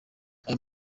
ayo